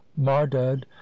mardud